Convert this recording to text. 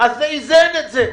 אז זה איזן את זה.